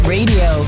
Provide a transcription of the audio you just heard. Radio